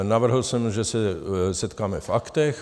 Navrhl jsem, že se setkáme v aktech.